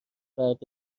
فرد